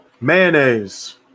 Mayonnaise